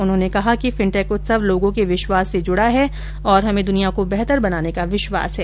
उन्होंने कहा कि फिन्टेक उत्सव लोगों के विश्वास से जुडा है और हमें दुनिया को बेहतर बनाने का विश्वास है